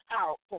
out